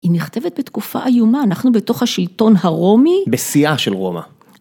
‫היא נכתבת בתקופה איומה, ‫אנחנו בתוך השלטון הרומי. ‫בשיאה של רומא.